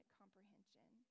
comprehension